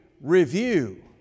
review